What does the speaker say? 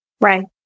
Right